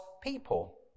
people